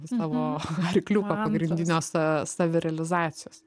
savo arkliuko pagrindinio sa savirealizacijos